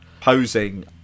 posing